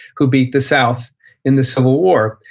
who beat the south in the civil war.